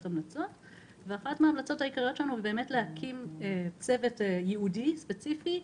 המלצות עכשיו היא להקים צוות ייעודי ספציפי,